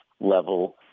level